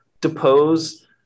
depose